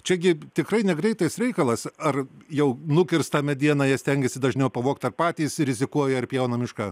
čia gi tikrai ne greitas reikalas ar jau nukirstą medieną jie stengiasi dažniau pavogt ar patys rizikuoja ir pjauna mišką